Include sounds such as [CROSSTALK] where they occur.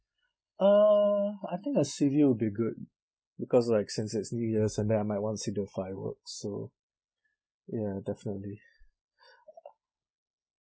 uh I think the sea view will be good because like since it's new year so then I might want to see the fireworks so ya definitely [BREATH]